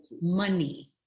money